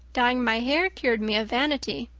dyeing my hair cured me of vanity.